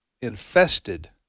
infested